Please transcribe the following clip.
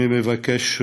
אני מבקש,